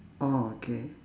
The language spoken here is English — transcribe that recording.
oh K